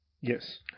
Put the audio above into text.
Yes